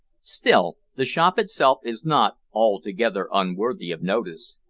still the shop itself is not altogether unworthy of notice.